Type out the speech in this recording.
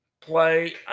play